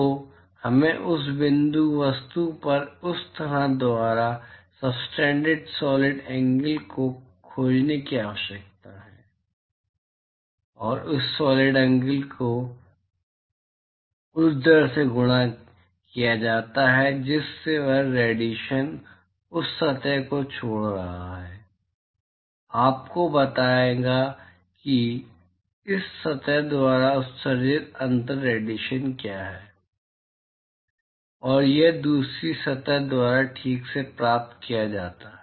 तो हमें उस बिंदु वस्तु पर इस सतह द्वारा सबटेंडेड सॉलिड एंगल को खोजने की आवश्यकता है और उस सॉलिड एंगल को उस दर से गुणा किया जाता है जिस पर रेडिएशन उस सतह को छोड़ रहा है आपको बताएगा कि इस सतह द्वारा उत्सर्जित अंतर रेडिएशन क्या है और यह दूसरी सतह द्वारा ठीक से प्राप्त किया जाता है